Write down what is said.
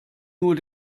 nur